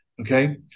Okay